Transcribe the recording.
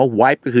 wipe